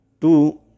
two